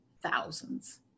thousands